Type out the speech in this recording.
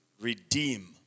redeem